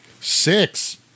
Six